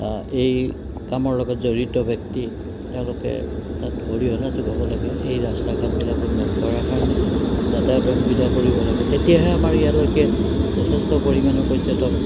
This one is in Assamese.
এই কামৰ লগত জড়িত ব্যক্তি তেওঁলোকে তাত অৰিহণা যোগাব লাগে সেই ৰাস্তা ঘাটবিলাকো উন্নত কৰাৰ কাৰণে যাতায়াতৰ সুবিধা কৰিব লাগে তেতিয়াহে আমাৰ ইয়ালৈকে যথেষ্ট পৰিমাণৰ পৰ্যটক